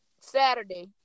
Saturday